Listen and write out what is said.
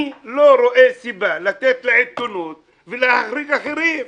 אני לא רואה סיבה לתת לעיתונות ולהחריג אחרים.